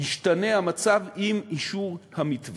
ישתנה המצב עם אישור המתווה.